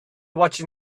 watching